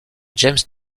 james